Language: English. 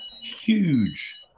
huge